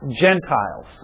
Gentiles